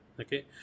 Okay